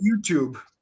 YouTube